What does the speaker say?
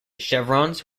chevrons